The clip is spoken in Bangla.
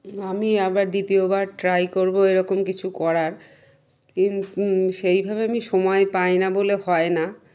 আমি আবার দ্বিতীয়বার ট্রাই করবো এরকম কিছু করার কিন্ত সেইভাবে আমি সময় পাই না বলে হয় না